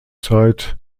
zeit